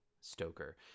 Stoker